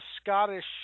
Scottish